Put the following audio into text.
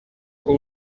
con